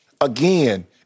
again